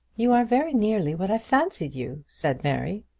you are very nearly what i fancied you, said mary.